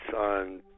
on